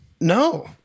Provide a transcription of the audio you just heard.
no